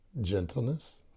Gentleness